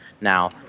Now